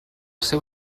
seu